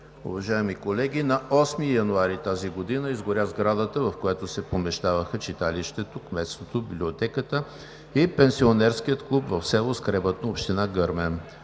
Уважаеми колеги, на 8 януари тази година изгоря сградата, в която се помещаваха читалището, кметството, библиотеката и пенсионерският клуб в село Скребатно, община Гърмен.